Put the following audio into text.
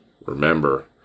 Remember